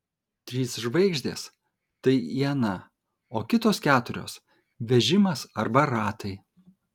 trys žvaigždės tai iena o kitos keturios vežimas arba ratai